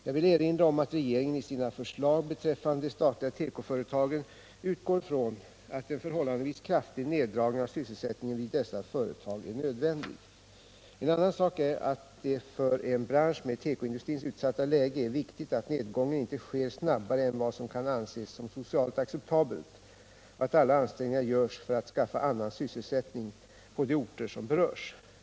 Jag vill erinra om att regeringen i sina förslag beträffande de statliga tekoföretagen utgår från att en förhållandevis kraftig neddragning av sysselsättningen vid dessa företag är nödvändig. En annan sak är att det för en bransch med tekoindustrins utsatta läge är viktigt att nedgången inte sker snabbare än vad som kan anses som socialt acceptabelt och att alla ansträngningar görs för att skaffa annan sysselsättning på de orter som berörs.